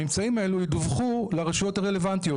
הממצאים האלה ידווחו לרשויות ברלוונטיות.